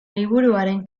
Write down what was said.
liburuaren